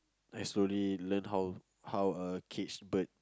I slowly learn how how a cage bird